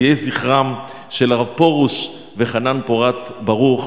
אז יהיה זכרם של הרב פרוש וחנן פורת ברוך,